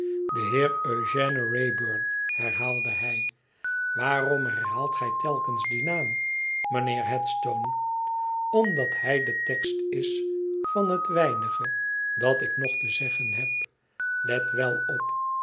wraybum herhaalde hij waarom herhaalt gij telkens dien naam mijnheer headstone omdat hij de tekst is van het weinige dat ik nog te zeggen heb let wel op